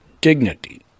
dignity